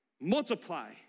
Multiply